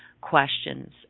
questions